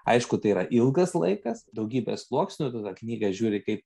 aišku tai yra ilgas laikas daugybė sluoksnių tu į tą knygą žiūri kaip